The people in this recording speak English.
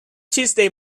tuesday